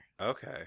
Okay